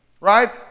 right